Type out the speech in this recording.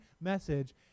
message